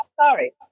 sorry